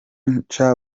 nca